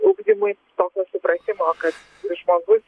ugdymui tokio supratimo kad žmogus